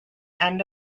end